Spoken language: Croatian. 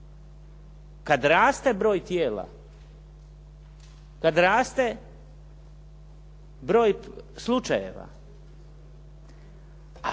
Kad raste broj tijela, kad raste broj slučajeva, a